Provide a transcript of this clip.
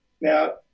Now